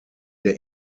der